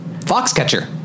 Foxcatcher